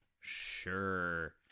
sure